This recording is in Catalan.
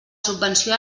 subvenció